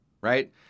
right